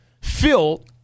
filth